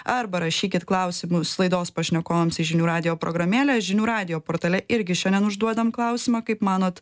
arba rašykit klausimus laidos pašnekovams į žinių radijo programėlę žinių radijo portale irgi šiandien užduodam klausimą kaip manot